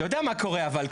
אתה יודע מה קורה אבל.